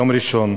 יום ראשון,